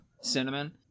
cinnamon